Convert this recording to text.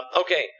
Okay